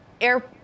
air